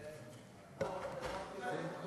העברתי לו.